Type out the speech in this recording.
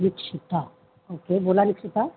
Nikshita okay बोला निक्षिता